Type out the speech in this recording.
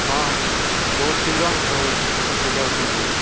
ହଁ ବହୁତ ଶୀଘ୍ର ହିଁ ଭଲ ହୋଇଯାଉଛନ୍ତି